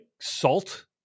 Salt